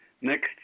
next